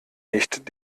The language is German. nicht